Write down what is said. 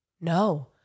No